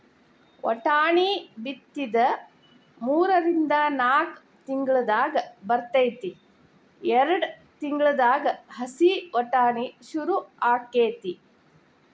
ವಟಾಣಿ ಬಿತ್ತಿದ ಮೂರಿಂದ ನಾಕ್ ತಿಂಗಳದಾಗ ಬರ್ತೈತಿ ಎರ್ಡ್ ತಿಂಗಳದಾಗ ಹಸಿ ವಟಾಣಿ ಸುರು ಅಕೈತಿ